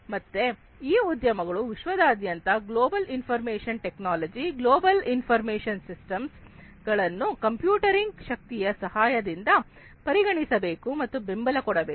ಮತ್ತೆ ಈ ಉದ್ಯಮಗಳು ವಿಶ್ವದಾದ್ಯಂತ global information technology global information system ಗಳನ್ನು ಕಂಪ್ಯೂಟಿಂಗ್ ಶಕ್ತಿಯ ಸಹಾಯದಿಂದ ಪರಿಗಣಿಸಬೇಕು ಮತ್ತು ಬೆಂಬಲ ಕೊಡಬೇಕು